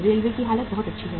railway की हालत बहुत अच्छी है